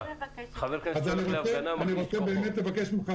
חבר כנסת שהולך להפגנה --- אז אני רוצה לבקש ממך,